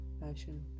passion